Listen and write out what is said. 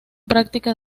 práctica